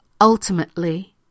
ultimately